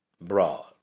broad